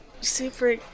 super